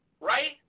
right